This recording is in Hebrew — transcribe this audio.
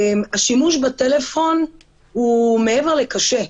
השימוש בטלפון הוא מעבר לקשה,